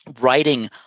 writing